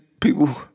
people